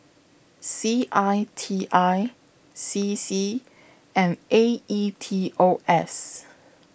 C I T I C C and A E T O S